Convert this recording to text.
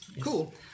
Cool